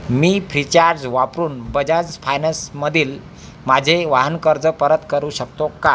मी Freecharge वापरून बजाज फायनसमधील माझे वाहन कर्ज परत करू शकतो का